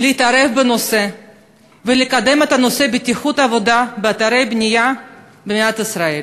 להתערב בנושא ולקדם את נושא בטיחות העבודה באתרי הבנייה במדינת ישראל.